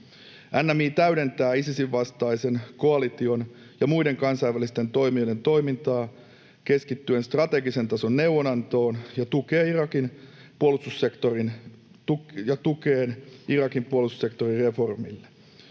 NMI täydentää Isisin vastaisen koalition ja muiden kansainvälisten toimijoiden toimintaa keskittyen strategisen tason neuvonantoon ja tukeen Irakin puolustussektorireformille.